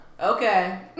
okay